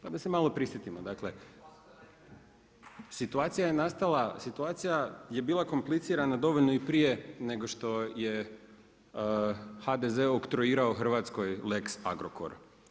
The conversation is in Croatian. Pa da se malo prisjetimo, dakle, situacija je nastala, situacija je bila komplicirana dovoljno i prije nego što je HDZ oktroirao Hrvatskoj lex Agrokor.